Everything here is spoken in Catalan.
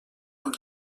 amb